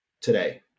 today